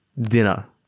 dinner